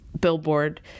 billboard